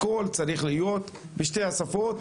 הכול צריך להיות בשתי השפות.